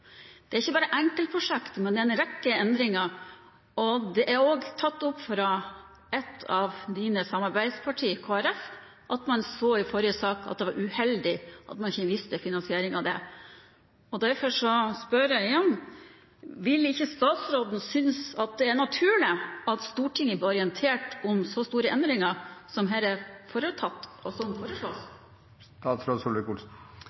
Det er ikke bare enkeltprosjekter, men det er en rekke endringer. Og det er også tatt opp fra et av dine samarbeidspartier, Kristelig Folkeparti, at man så i forrige sak at det var uheldig at man ikke visste finansieringen av det. Derfor spør jeg igjen: Synes ikke statsråden det er naturlig at Stortinget blir orientert om så store endringer som det er foretatt her, og som